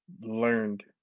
learned